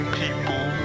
people